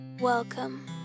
Welcome